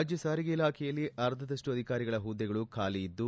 ರಾಜ್ಯ ಸಾರಿಗೆ ಇಲಾಖೆಯಲ್ಲಿ ಅರ್ಧದಷ್ಟು ಅಧಿಕಾರಿಗಳ ಹುದ್ದೆಗಳು ಖಾಲಿ ಇದ್ದು